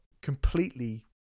completely